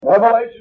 Revelation